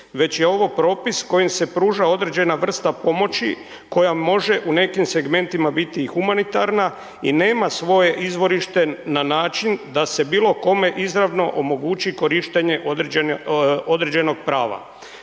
već je ovo propis kojim se pruža određena vrsta pomoći koja može u nekim segmentima biti i humanitarna i nema svoje izvorište na način da se bilo kome izravno omogući korištenje određenog prava.